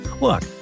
Look